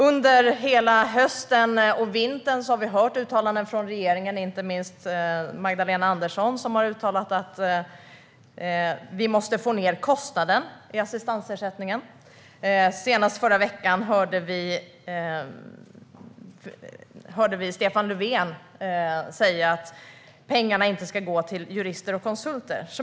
Under hela hösten har vi hört uttalanden från regeringen och inte minst Magdalena Andersson om att vi måste få ned kostnaden för assistansersättningen. Senast förra veckan sa Stefan Löfven att pengarna inte ska gå till jurister och konsulter.